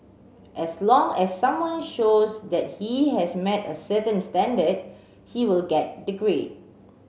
as long as someone shows that he has met a certain standard he will get the grade